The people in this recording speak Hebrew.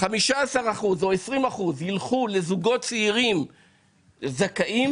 15% או 20% ילכו לזוגות צעירים זכאים,